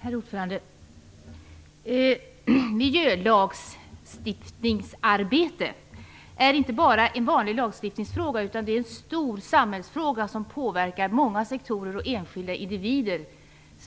Herr talman! Miljölagstiftningsarbete är inte bara en vanlig lagstiftningsfråga, utan det är en stor samhällsfråga som påverkar många sektorer och enskilda individers